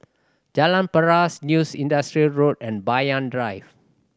Jalan Paras New Industrial Road and Banyan Drive